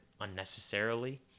unnecessarily